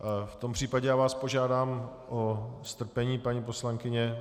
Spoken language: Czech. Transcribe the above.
V tom případě vás požádám o strpení, paní poslankyně.